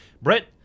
Brett